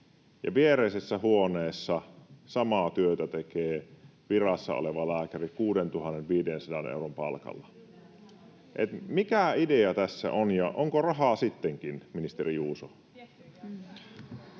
viereisessä huoneessa samaa työtä tekee virassa oleva lääkäri 6 500 euron palkalla. Mikä idea tässä on, ja onko rahaa sittenkin, ministeri Juuso?